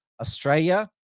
Australia